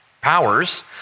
powers